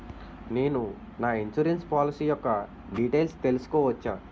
నేను నా insurance policy యెక్క డీటైల్స్ తెల్సుకోవచ్చా?